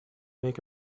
make